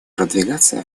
продвигаться